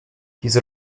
diese